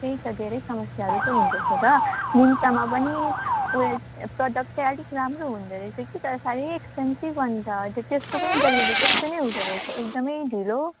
त्यही त धेरै समस्याहरू त हुँदैछ त मिन्त्रामा पनि ऊ यो प्रडक्ट चाहिँ आलिक राम्रो हुँदो रहेछ कि तर साह्रै एक्सपेन्सिभ अन्त त्यस्को पनि डेलिभरी त्यस्तै नै हुँदो रहेछ एकदमै ढिलो